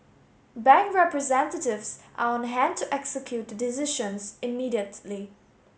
bank representatives are on hand to execute the decisions immediately